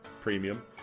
premium